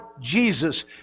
Jesus